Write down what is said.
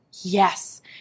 yes